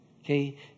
okay